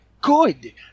good